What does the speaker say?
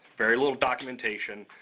very little documentation,